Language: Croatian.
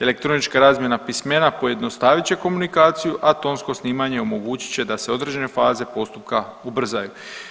Elektronička razmjena pismena pojednostavit će komunikaciju, a tonsko snimanje omogućit će da se određene faze postupka ubrzaju.